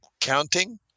counting